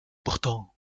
pourtant